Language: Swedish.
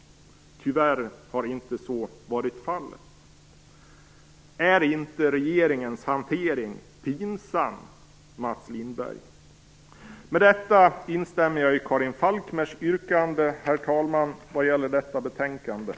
Tyvärr har inte så varit fallet. Är inte regeringens hantering pinsam, Mats Lindberg? Herr talman! Med detta instämmer jag i Karin